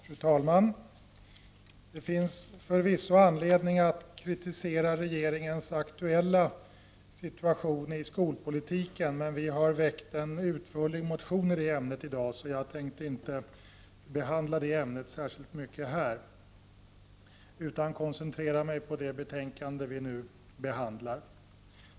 Fru talman! Det finns förvisso anledning att kritisera regeringens aktuella skolpolitik, men vi har väckt en utförlig motion i detta ämne i dag, så jag tänker inte behandla ämnet särskilt mycket utan koncentrerar mig på det betänkande som nu behandlas.